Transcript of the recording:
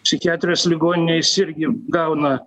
psichiatrijos ligoninėj jis irgi gauna